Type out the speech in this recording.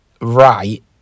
right